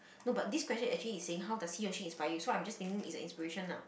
no but this question actually is saying how does he or she inspire you so I'm just thinking is an inspiration lah